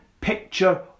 picture